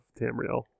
Tamriel